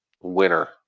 winner